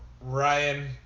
Ryan